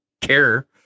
care